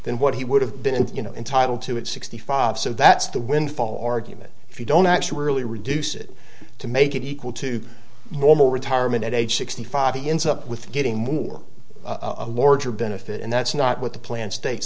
than what he would have been you know entitled to at sixty five so that's the windfall argument if you don't actually reduce it to make it equal to normal retirement at age sixty five he ends up with getting more a larger benefit and that's not what the plan states